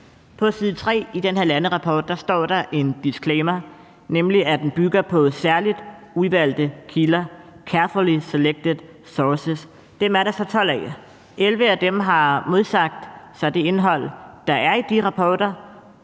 På side 3 i den her landerapport står der en disclaimer om, at den bygger på særligt udvalgte kilder: carefully selected sources. Dem er der så 12 af; 11 af dem har modsat sig det indhold, der er i de rapporter,